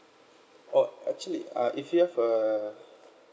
oh actually uh if you have a